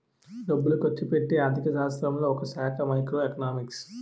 డబ్బులు ఖర్చుపెట్టే ఆర్థిక శాస్త్రంలో ఒకశాఖ మైక్రో ఎకనామిక్స్